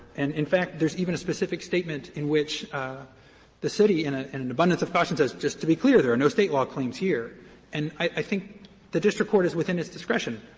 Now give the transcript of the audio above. and in fact there's even a specific statement in which the city, in ah in an abundance of caution says, just to be clear, there are no state law claims and i think the district court is within its discretion.